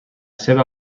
seva